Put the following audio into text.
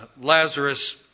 Lazarus